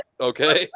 Okay